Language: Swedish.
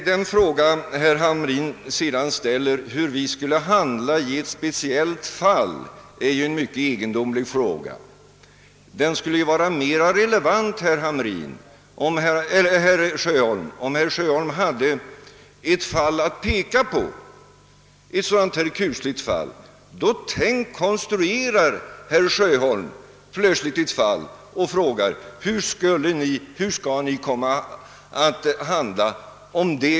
Herr Sjöholms fråga, hur vi skulle handla i ett speciellt fall, är mycket egendomlig. Den skulle vara mera relevant om herr Sjöholm hade ett kusligt fall att peka på, men herr Sjöholm konstruerar plötsligt ett fall och frågar hur vi skulle handla.